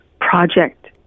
project